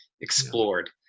explored